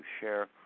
share